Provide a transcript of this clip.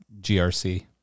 GRC